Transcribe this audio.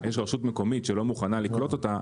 יש רשות מקומית שלא מוכנה לקלוט אותה,